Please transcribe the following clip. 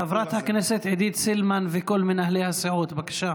חברת הכנסת עידית סילמן וכל מנהלי הסיעות, בבקשה,